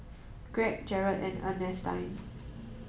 Greg Jaret and Ernestine